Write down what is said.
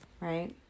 right